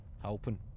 Helping